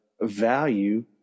value